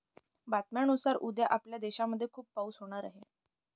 बातम्यांनुसार उद्या आपल्या देशामध्ये खूप पाऊस होणार आहे